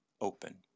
open